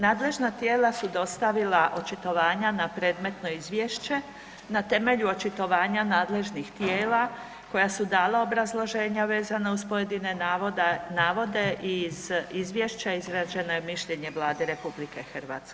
Nadležna tijela su dostavila očitovanja na predmetno izvješće na temelju očitovanja nadležnih tijela koja su dala obrazloženja vezana uz pojedine navode i iz izvješća izrađeno je mišljenje Vlade RH.